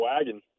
wagon